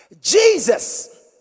Jesus